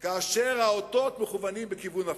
כאשר האותות מכוונים בכיוון הפוך.